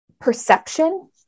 perception